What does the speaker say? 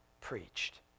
preached